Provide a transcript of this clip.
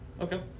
Okay